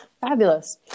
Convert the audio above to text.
Fabulous